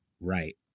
right